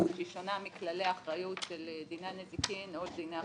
שהיא שונה מכללי אחריות של דיני הנזיקין או דיני החוזים.